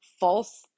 false